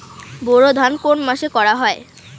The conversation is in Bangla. বোরো ধান কোন মাসে করা হয়?